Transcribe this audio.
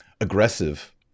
aggressive